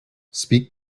speak